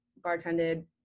bartended